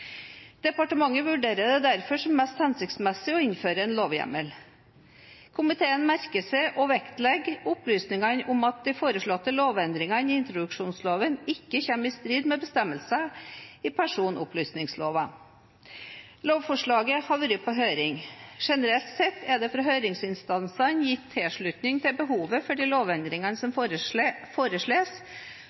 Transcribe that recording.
Departementet vurderer det derfor som mest hensiktsmessig å innføre en lovhjemmel. Komiteen merker seg og vektlegger opplysningene om at de foreslåtte lovendringene i introduksjonsloven ikke kommer i strid med bestemmelsene i personopplysningsloven. Lovforslaget har vært på høring. Generelt sett er det fra høringsinstansene gitt tilslutning til behovet for de lovendringene som foreslås,